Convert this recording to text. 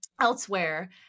elsewhere